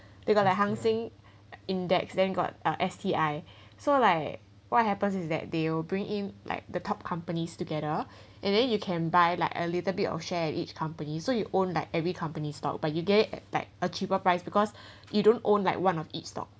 they got like hang seng index then got uh S_T_I so like what happen is that they will bring in like the top companies together and then you can buy like a little bit of share of each company so you own like every company stock but you get it like a cheaper price because you don't own like one of each stock